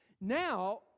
Now